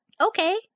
Okay